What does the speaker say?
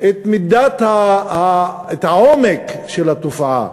מידת העומק של התופעה.